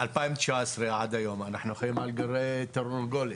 מ-2019 ועד היום אנחנו חיים על כרעי תרנגולת.